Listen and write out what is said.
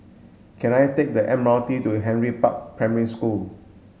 can I take the M R T to Henry Park Primary School